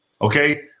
Okay